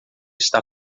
está